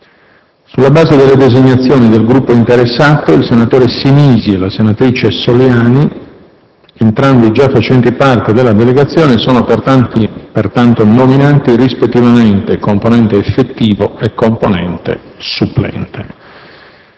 Sulla base delle designazioni del Gruppo interessato, il senatore Sinisi e la senatrice Soliani – entrambi gia facenti parte della delegazione – sono pertanto nominati rispettivamente componente effettivo e componente supplente.